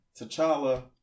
T'Challa